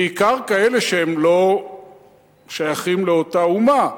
בעיקר כאלה שלא שייכים לאותה אומה,